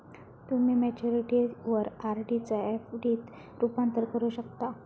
तुम्ही मॅच्युरिटीवर आर.डी चा एफ.डी त रूपांतर करू शकता